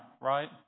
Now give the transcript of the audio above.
right